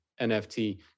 NFT